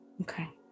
Okay